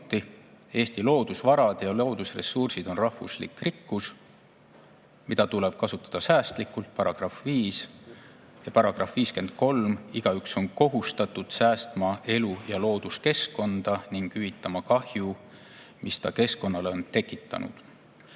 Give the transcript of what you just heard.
"Eesti loodusvarad ja loodusressursid on rahvuslik rikkus, mida tuleb kasutada säästlikult." Ja § 53 ütleb: "Igaüks on kohustatud säästma elu- ja looduskeskkonda ning hüvitama kahju, mis ta on keskkonnale tekitanud."